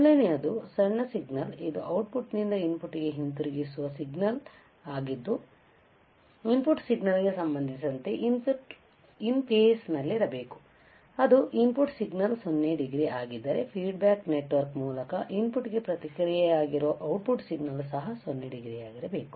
ಮೊದಲನೆಯದು ಸಣ್ಣ ಸಿಗ್ನಲ್ ಇದು ಔಟ್ಪುಟ್ನಿಂದ ಇನ್ಪುಟ್ಗೆ ಹಿಂತಿರುಗಿಸುವ ಸಿಗ್ನಲ್ ಆಗಿದ್ದುಇಪುಟ್ ಸಿಗ್ನಲ್ ಗೆ ಸಂಬಂಧಿಸಿದಂತೆ ಇನ್ ಫೇಸ್ ನಲ್ಲಿರಬೇಕು ಅದು ಇನ್ಪುಟ್ ಸಿಗ್ನಲ್ 0 ಡಿಗ್ರಿ ಆಗಿದ್ದರೆ ಫೀಡ್ ಬ್ಯಾಕ್ ನೆಟ್ವರ್ಕ್ ಮೂಲಕ ಇನ್ಪುಟ್ಗೆ ಪ್ರತಿಕ್ರಿಯೆಯಾಗಿರುವ ಔಟ್ಪುಟ್ ಸಿಗ್ನಲ್ ಸಹ 0 ಡಿಗ್ರಿಯಲ್ಲಿರಬೇಕು